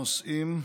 כמה נושאים.